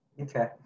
Okay